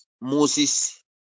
moses